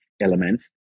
elements